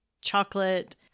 chocolate